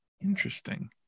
Interesting